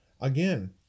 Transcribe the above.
again